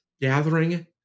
gathering